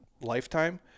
Lifetime